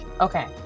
Okay